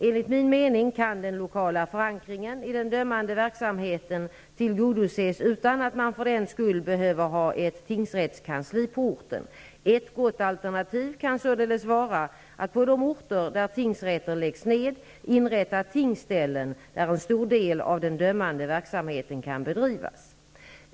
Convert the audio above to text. Enligt min mening kan den lokala förankringen i den dömande verksamheten tillgodoses utan att man för den skull behöver ha ett tingsrättskansli på orten. Ett gott alternativ kan således vara att på de orter där tingsrätter läggs ned inrätta tingsställen, där en stor del av den dömande verksamheten kan bedrivas.